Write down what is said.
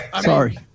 Sorry